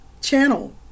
channel